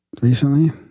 recently